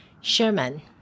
Sherman